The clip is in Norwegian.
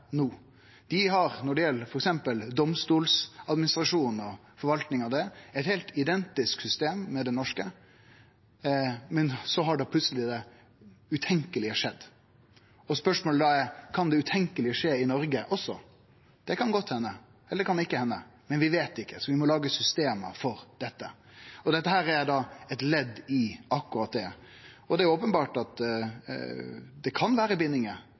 no: Når det gjeld f.eks. domstolsadministrasjonen og forvaltninga av han, har dei eit heilt identisk system som det norske, men plutseleg har det utenkjelege skjedd. Spørsmålet er da om det utenkjelege kan skje i Noreg også. Det kan godt hende, men det treng ikkje å hende, men vi veit ikkje, så vi må lage system for dette. Dette er eit ledd i akkurat det. Det er openbert at det kan vere bindingar